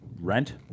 Rent